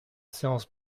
séance